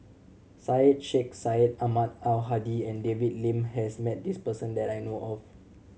Syed Sheikh Syed Ahmad Al Hadi and David Lim has met this person that I know of